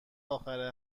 آخر